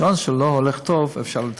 שעון שלא הולך טוב אפשר לתקן.